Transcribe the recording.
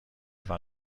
war